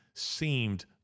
Seemed